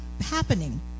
Happening